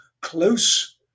close